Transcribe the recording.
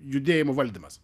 judėjimo valdymas